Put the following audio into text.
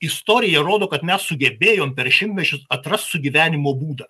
istorija rodo kad mes sugebėjom per šimtmečius atrast sugyvenimo būdą